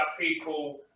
people